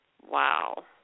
Wow